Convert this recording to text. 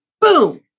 Boom